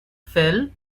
phil